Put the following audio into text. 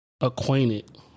Acquainted